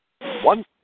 One